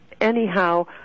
anyhow